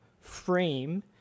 frame